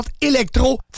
Electro